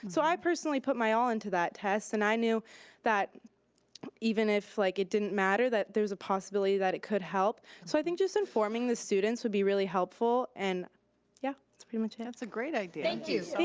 so i personally put my all into that test and i knew that even if like it didn't matter that there was a possibility that it could help. so i think just informing the students would be really helpful and yeah, that's pretty much it. that's a great idea. thank you.